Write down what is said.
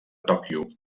tòquio